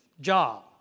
job